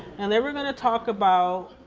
and then we're gonna talk about